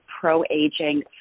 pro-aging